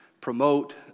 promote